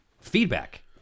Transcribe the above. feedback